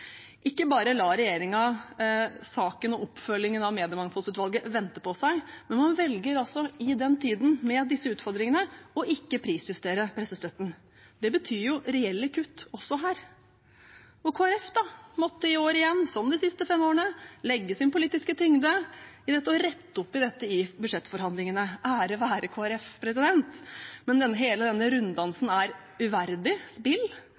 Ikke bare lar regjeringen saken og oppfølgingen av mediemangfoldsutvalgets rapport vente på seg, man velger i denne tiden, med disse utfordringene, ikke å prisjustere pressestøtten. Det betyr reelle kutt også her. Og Kristelig Folkeparti måtte i år igjen, som de siste fem årene, legge sin politiske tyngde i å rette opp i dette i budsjettforhandlingene. Ære være Kristelig Folkeparti, men hele denne runddansen er et uverdig spill